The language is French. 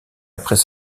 après